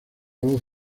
voz